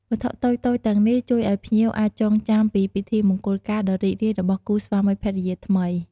វត្ថុតូចៗទាំងនេះជួយឲ្យភ្ញៀវអាចចងចាំពីពិធីមង្គលការដ៏រីករាយរបស់គូស្វាមីភរិយាថ្មី។